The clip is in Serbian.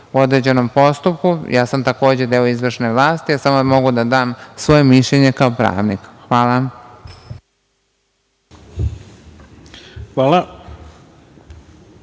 u određenom postupku. Ja sam takođe deo izvršne vlasti. Samo mogu da dam svoje mišljenje kao pravnik. Hvala. **Ivica